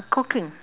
cooking